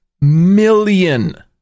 million